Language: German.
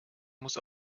muss